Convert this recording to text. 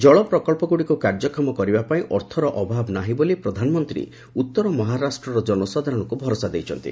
ଜଳ ପ୍ରକଳ୍ପଗୁଡ଼ିକୁ କାର୍ଯ୍ୟକ୍ଷମ କରିବାପାଇଁ ଅର୍ଥର ଅଭାବ ନାହିଁ ବୋଲି ପ୍ରଧାନମନ୍ତ୍ରୀ ଉତ୍ତର ମହାରାଷ୍ଟର ଜନସାଧାରଣଙ୍କୁ ଭରସା ଦେଇଛନ୍ତି